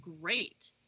great